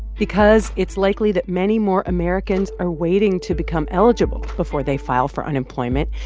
because it's likely that many more americans are waiting to become eligible before they file for unemployment.